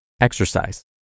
exercise